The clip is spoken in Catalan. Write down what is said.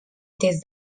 des